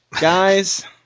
guys